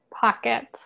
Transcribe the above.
pockets